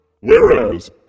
Whereas